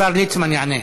השר ליצמן יענה.